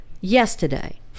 yesterday